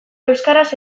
euskaraz